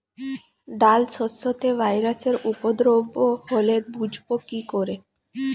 ডাল শস্যতে ভাইরাসের উপদ্রব হলে বুঝবো কি করে?